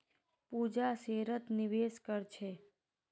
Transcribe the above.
पूजा शेयरत निवेश कर छे